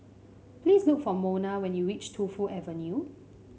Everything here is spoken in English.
please look for Monna when you reach Tu Fu Avenue